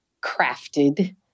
crafted